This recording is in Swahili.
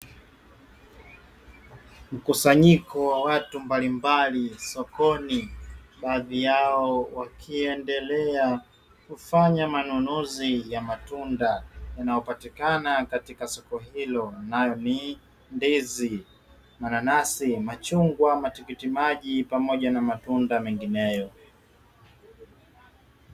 Mkusanyiko wa watu mbalimbali sokoni, baadhi yao wakiendelea kufanya manunuzi ya matunda yanayopatikana katika soko hili nayo ni: ndizi, nanasi, machungwa, matikiti maji pamoja na matunda mengineyo.